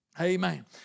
Amen